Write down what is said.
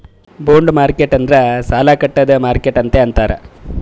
bond market ಅಂದುರ್ ಸಾಲಾ ಕೊಡ್ಡದ್ ಮಾರ್ಕೆಟ್ ಅಂತೆ ಅಂತಾರ್